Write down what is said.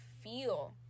feel